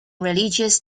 religious